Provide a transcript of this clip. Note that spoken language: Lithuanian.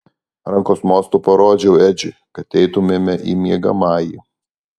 rankos mostu parodžiau edžiui kad eitumėme į miegamąjį